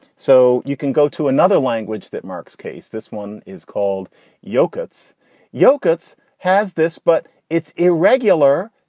so you can go to another language that mark's case. this one is called yogurt's yogurt's has this, but it's irregular.